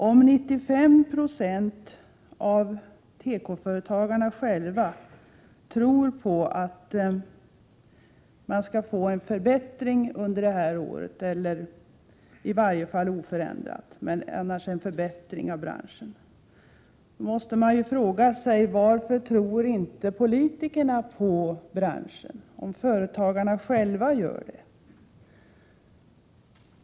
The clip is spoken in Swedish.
Om 95 6 av tekoföretagarna själva tror på en förbättring under det här året eller i varje fall ett oförändrat läge, måste man fråga sig: Varför tror inte politikerna på branschen, om företagarna själva gör det?